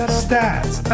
stats